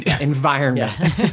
environment